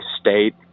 state